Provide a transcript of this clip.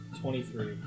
twenty-three